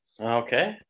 Okay